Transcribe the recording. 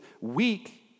weak